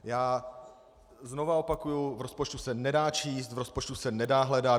Já znovu opakuji v rozpočtu se nedá číst, v rozpočtu se nedá hledat.